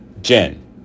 Jen